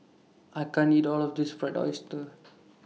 I can't eat All of This Fried Oyster